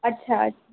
अच्छा अच्छा